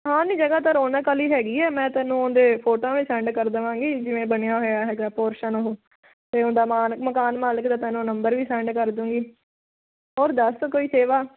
ਹਾਂ ਨਹੀਂ ਜਗ੍ਹਾ ਤਾਂ ਰੋਣਕ ਵਾਲੀ ਹੈਗੀ ਹੈ ਮੈਂ ਤੈਨੂੰ ਉਹਦੇ ਫੋਟੋ ਵਿੱਚ ਸੈਂਡ ਕਰ ਦੇਵਾਂਗੀ ਜਿਵੇਂ ਬਣਿਆ ਹੋਇਆ ਹੈਗਾ ਪੋਰਸ਼ਨ ਉਹ ਅਤੇ ਉਹਦਾ ਮਾਨ ਮਕਾਨ ਮਾਲਕ ਦਾ ਤੈਨੂੰ ਨੰਬਰ ਵੀ ਸੈਂਡ ਕਰ ਦੂੰਗੀ ਹੋਰ ਦੱਸ ਕੋਈ ਸੇਵਾ